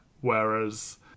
Whereas